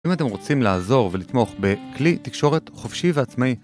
אם אתם רוצים לעזור ולתמוך בכלי תקשורת חופשי ועצמאי